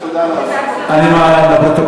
בעד, 15, נגד, אין, נמנעים,